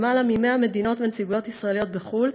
ביותר מ-100 מדינות ונציגויות ישראליות בחו"ל,